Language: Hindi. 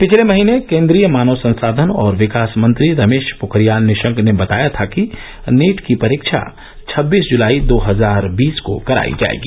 पिछले महीने केंद्रीय मानव संसाधन और विकास मंत्री रमेश पोखरियाल निशंक ने बताया था कि नीट की परीक्षा छब्बीस जुलाई दो हजार बीस को कराई जाएगी